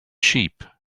sheep